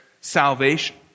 salvation